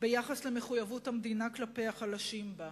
ביחס למחויבות המדינה כלפי החלשים בה,